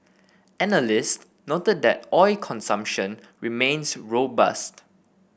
analysts noted that oil consumption remains robust